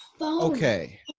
okay